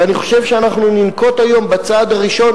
ואני חושב שאנחנו ננקוט היום את צעד הראשון